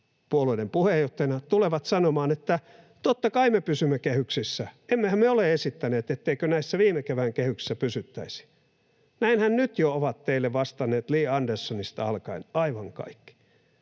puolueiden puheenjohtajina tulevat sanomaan, että ”totta kai me pysymme kehyksissä, emmehän me olemme esittäneet, etteikö näissä viime kevään kehyksissä pysyttäisi”. Näinhän nyt jo ovat teille vastanneet Li Anderssonista alkaen aivan kaikki.